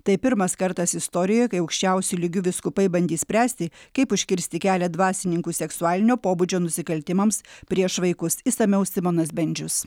tai pirmas kartas istorijoje kai aukščiausiu lygiu vyskupai bandys spręsti kaip užkirsti kelią dvasininkų seksualinio pobūdžio nusikaltimams prieš vaikus išsamiau simonas bendžius